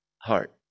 heart